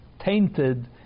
tainted